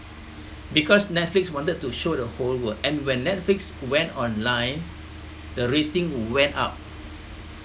because netflix wanted to show the whole world and when netflix went online the rating went up